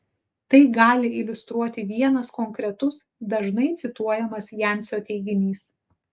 tai gali iliustruoti vienas konkretus dažnai cituojamas jancio teiginys